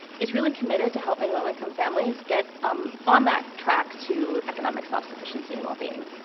is really committed to helping low income families get um on that track to economic self-sufficiency and wellbeing.